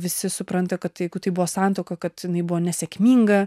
visi supranta kad jeigu tai buvo santuoka kad jinai buvo nesėkminga